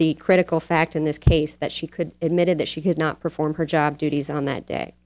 the critical fact in this case that she could admitted that she could not perform her job duties on that day